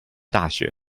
大学